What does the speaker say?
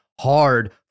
hard